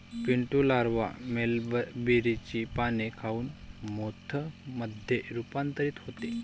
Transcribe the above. Pintu larva मलबेरीचे पाने खाऊन मोथ मध्ये रूपांतरित होते